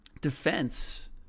defense